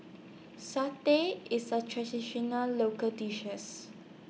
Satay IS A Traditional Local dishes